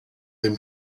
them